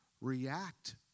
react